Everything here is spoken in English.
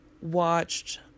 watched